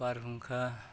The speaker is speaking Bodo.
बारहुंखा